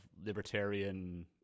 libertarian